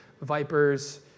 vipers